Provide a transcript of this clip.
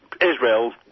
israel